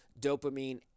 dopamine